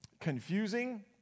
confusing